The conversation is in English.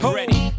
ready